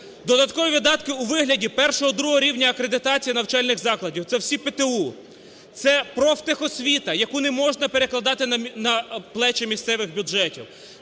Додаткові видатки у вигляді І-ІІ рівня акредитації навчальних закладів. Це всі ПТУ, це профтехосвіта, яку не можна перекладати на "плечі" місцевих бюджетів.